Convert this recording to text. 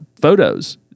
photos